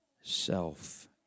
Self